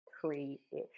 three-ish